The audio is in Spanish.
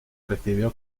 recibió